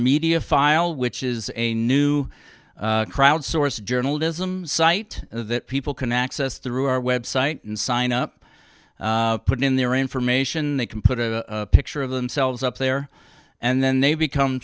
media file which is a new crowd source journalism site that people can access through our website and sign up put in their information they can put a picture of themselves up there and then they become